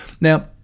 Now